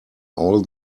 all